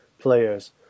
players